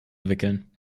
wickeln